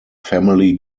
family